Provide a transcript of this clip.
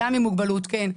אדם עם מוגבלות, כן.